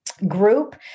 group